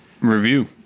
Review